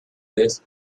this